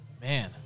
Man